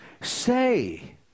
Say